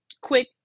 quick